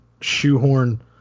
shoehorn